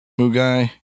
Mugai